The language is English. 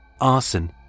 arson